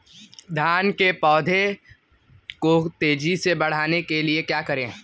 धान के पौधे को तेजी से बढ़ाने के लिए क्या करें?